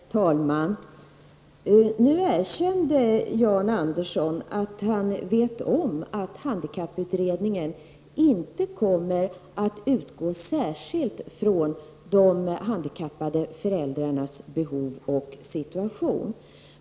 Herr talman! Nu erkände Jan Andersson att han vet om att handikapputredningen inte kommer att utgå särskilt från de handikappade föräldrarnas behov och situation.